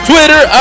Twitter